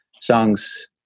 songs